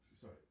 Sorry